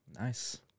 Nice